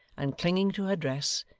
and clinging to her dress,